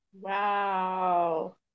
Wow